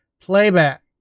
playback